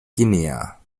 guinea